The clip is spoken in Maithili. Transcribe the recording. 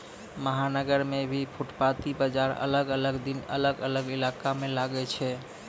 महानगर मॅ भी फुटपाती बाजार अलग अलग दिन अलग अलग इलाका मॅ लागै छै